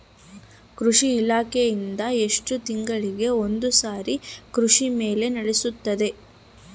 ಕೃಷಿ ಇಲಾಖೆಯಿಂದ ಎಷ್ಟು ತಿಂಗಳಿಗೆ ಒಂದುಸಾರಿ ಕೃಷಿ ಮೇಳ ನಡೆಸುತ್ತಾರೆ?